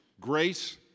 grace